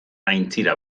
aintzira